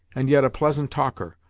and yet a pleasant talker.